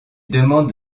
demande